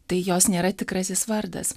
tai jos nėra tikrasis vardas